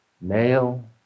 male